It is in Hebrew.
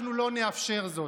אנחנו לא נאפשר זאת.